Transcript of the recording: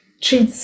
treats